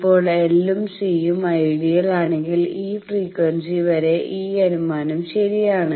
ഇപ്പോൾ L ഉം C ഉം ഐഡിയൽ ആണെങ്കിൽ ഒരു ഫ്രീക്വൻസി വരെ ഈ അനുമാനം ശെരിയാണ്